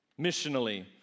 missionally